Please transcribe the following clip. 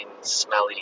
smelly